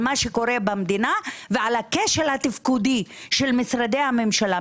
על מה שקורה במדינה ועל הכשל התפקודי של משרדי הממשלה.